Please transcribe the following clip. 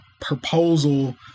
proposal